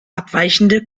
abweichende